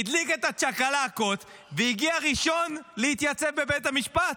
הדליק את הצ'קלקות והגיע ראשון להתייצב בבית משפט.